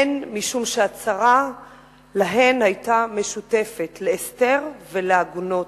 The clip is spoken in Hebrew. הן משום שהצרה היתה משותפת להן, לאסתר ולעגונות,